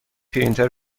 پرینتر